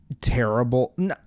terrible